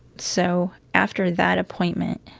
so after that appointment,